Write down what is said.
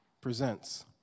presents